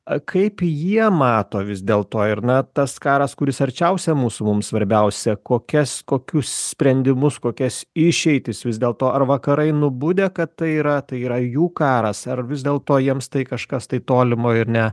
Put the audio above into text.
a kaip jie mato vis dėl to ir na tas karas kuris arčiausia mūsų mums svarbiausia kokias kokius sprendimus kokias išeitis vis dėlto ar vakarai nubudę kad tai yra tai yra jų karas ar vis dėlto jiems tai kažkas tai tolimo ir ne